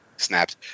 snapped